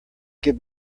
give